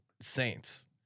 saints